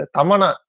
Tamana